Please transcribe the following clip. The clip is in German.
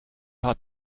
hat